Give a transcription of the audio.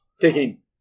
taking